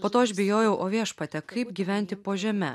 po to aš bijojau o viešpatie kaip gyventi po žeme